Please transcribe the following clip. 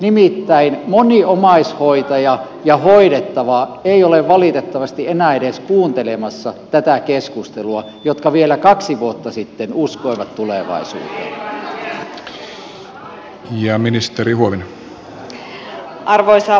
nimittäin moni omaishoitaja ja hoidettava ei ole valitettavasti enää edes kuuntelemassa tätä keskustelua jotka vielä kaksi vuotta sitten uskoivat tulevaisuuteen